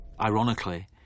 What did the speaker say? Ironically